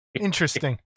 Interesting